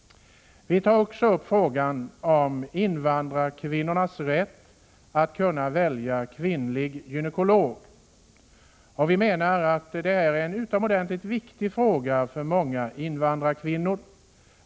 Vi tar också upp frågan om invandrarkvinnornas rätt att välja kvinnlig gynekolog. Det är en utomordentligt viktig fråga för många invandrarkvinnor.